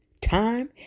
time